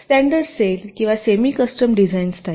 standard cell किंवा semi custom design style